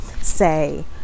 say